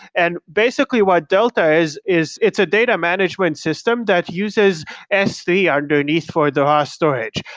and basically what delta is is it's a data management system that uses s three underneath for their ah storage.